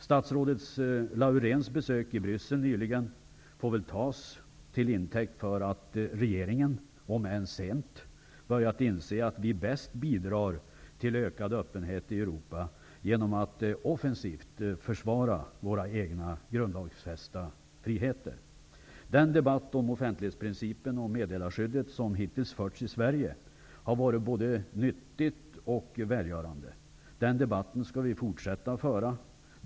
Statsrådet Lauréns besök i Bryssel nyligen får väl tas till intäkt för att regeringen, om än sent, börjat inse att vi bäst bidrar till ökad öppenhet i Europa genom att offensivt försvara våra egna grundlagsfästa friheter. Den debatt om offentlighetsprincipen och meddelarskyddet som hittills förts i Sverige har varit både nyttig och välgörande. Den debatten skall vi fortsätta att föra.